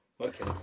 Okay